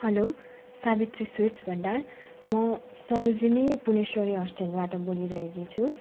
hello Savitri sweets भण्डार म सरोजिनी पुणेश्वरी होस्टेलबाट बोलिरहेकी छु